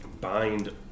bind